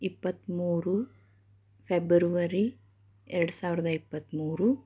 ಇಪ್ಪತ್ತಮೂರು ಫೆಬ್ಬರ್ವರಿ ಎರಡು ಸಾವಿರದ ಇಪ್ಪತ್ತಮೂರು